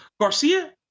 Garcia